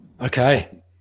okay